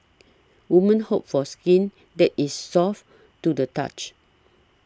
women hope for skin that is soft to the touch